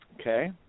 okay